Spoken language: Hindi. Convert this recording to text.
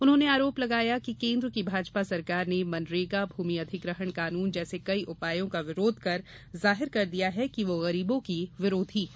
उन्होंने आरोप लगाया कि केन्द्र की भाजपा सरकार ने मनरेगा भूमि अधिग्रहण कानून जैसे कई उपायों का विरोध कर जाहिर कर दिया है वह गरीबों की विरोधी है